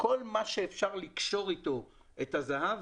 כל מה שאפשר לקשור אתו את הזה"ב,